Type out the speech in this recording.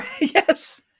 Yes